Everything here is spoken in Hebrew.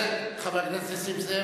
חבר הכנסת נסים זאב,